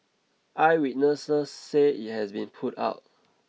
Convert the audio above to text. eyewitnesses say it has been put out